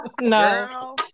no